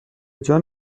جان